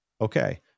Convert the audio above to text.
Okay